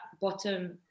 bottom